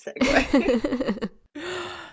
segue